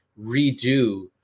redo